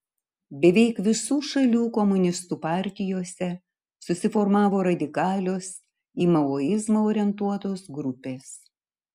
beveik visų šalių komunistų partijose susiformavo radikalios į maoizmą orientuotos grupės